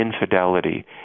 infidelity